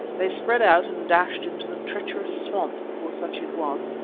they spread out and dashed into the treacherous swamp for such it was,